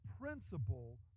principle